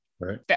Right